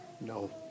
No